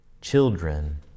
children